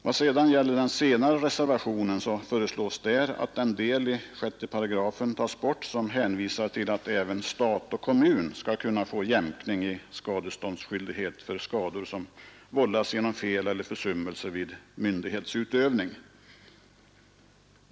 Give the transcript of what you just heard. Vad sedan gäller reservationen 4 föreslås att den del av 3 kap. 6 § som hänvisar till att även stat och kommun skall kunna få jämkning i skadeståndsskyldighet för skador som vållats genom fel eller försummelse i myndighetsutövning tas bort.